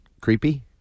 creepy